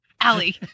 Allie